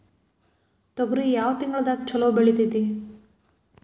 ತೊಗರಿ ಯಾವ ತಿಂಗಳದಾಗ ಛಲೋ ಬೆಳಿತೈತಿ?